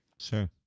Sure